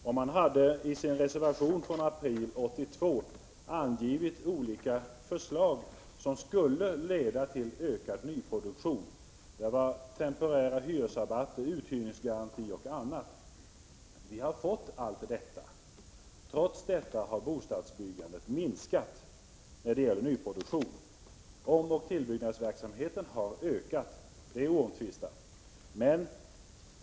I en reservation i april 1982 gav socialdemokraterna olika förslag som skulle leda till ökad nyproduktion — det var temporära hyresrabatter, uthyresgaranti och annat. Vi har fått allt detta. Trots det har bostadsbyggandet minskat när det gäller nyproduktion. Omoch tillbyggnadsverksamheten har ökat — det är oomtvistat.